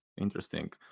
interesting